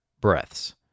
breaths